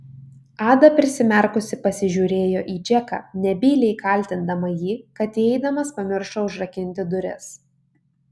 ada prisimerkusi pasižiūrėjo į džeką nebyliai kaltindama jį kad įeidamas pamiršo užrakinti duris